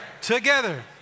together